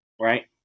right